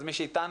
אז מי שאיתנו,